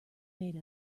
made